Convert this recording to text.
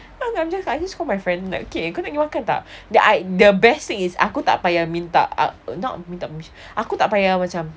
then I'm just I just call my friend that okay kau nak you nak makan tak the I the best thing is aku tak payah minta not minta macam aku tak payah macam